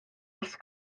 wrth